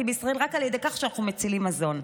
בישראל רק על ידי כך שאנחנו מצילים מזון.